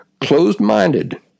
closed-minded